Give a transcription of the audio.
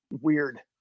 weird